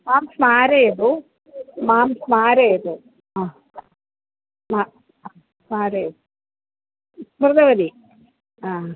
मां स्मारयतु मां स्मारयतु मा स्मारयतु स्मृतवती हा